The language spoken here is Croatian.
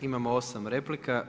Imamo 8 replika.